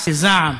לזעם,